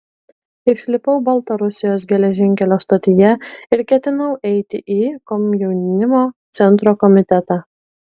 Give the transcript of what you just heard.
išlipau baltarusijos geležinkelio stotyje ir ketinau eiti į komjaunimo centro komitetą